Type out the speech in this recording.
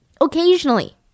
Occasionally